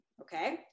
Okay